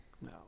no